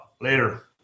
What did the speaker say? Later